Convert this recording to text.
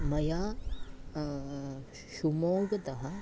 मया शुमोग्गतः